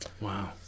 Wow